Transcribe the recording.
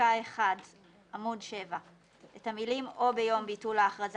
בפסקה 1 עמוד 7 את המילים "או ביום ביטול ההכרזה